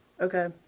Okay